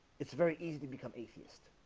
it's very easy to become atheist